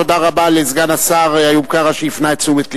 תודה רבה לסגן השר איוב קרא, שהפנה את תשומת לבי.